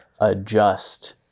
adjust